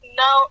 no